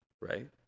right